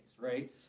right